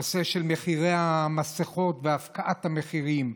הנושא של מחירי המסכות והפקעת המחירים,